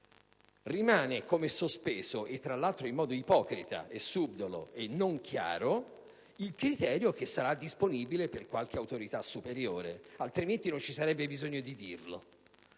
vive rimane come sospeso - tra l'altro, in modo ipocrita, subdolo e non chiaro - il criterio che sarà disponibile per qualche autorità superiore, altrimenti non ci sarebbe bisogno di dirlo.